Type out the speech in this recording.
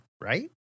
right